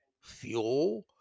fuel